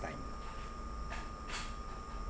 time